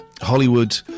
Hollywood